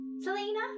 Selena